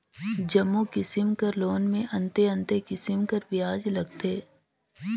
जम्मो किसिम कर लोन में अन्ते अन्ते किसिम कर बियाज लगथे